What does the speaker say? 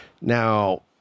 Now